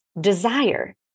desire